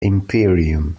imperium